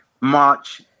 march